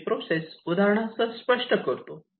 मी ती प्रोसेस उदाहरणासह स्पष्ट करतो